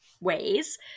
ways